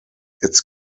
its